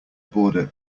boarder